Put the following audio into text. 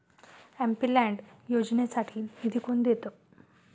MP LAD योजनेसाठी निधी कोण देतं?